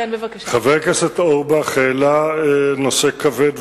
חבר הכנסת אורי אורבך שאל את שר הביטחון